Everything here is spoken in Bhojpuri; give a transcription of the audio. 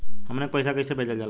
हमन के पईसा कइसे भेजल जाला?